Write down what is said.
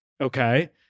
Okay